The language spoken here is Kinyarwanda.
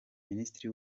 minisitiri